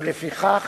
ולפיכך